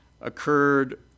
occurred